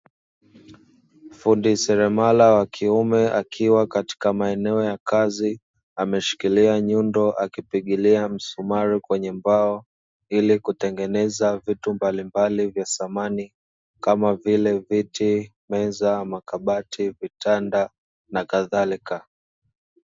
Fundi seremala wa kiume akiwa katika maeneo ya kazi ameshikilia nyundo akipiga msumari kwenye mbao ili kutengeneza vitu mbalimbali vya samani kama vile; viti, meza, makabati, vitanda na kadhalika.